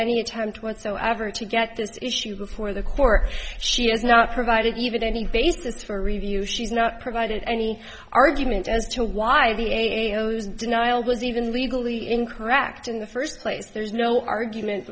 any attempt whatsoever to get the issue before the court she has not provided even any basis for review she's not provided any argument as to why the a was denials was even legally incorrect in the first place there's no argument